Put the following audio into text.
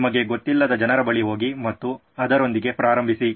ನಿಮಗೆ ಗೊತ್ತಿಲ್ಲದ ಜನರ ಬಳಿಗೆ ಹೋಗಿ ಮತ್ತು ಅದರೊಂದಿಗೆ ಪ್ರಾರಂಭಿಸಿ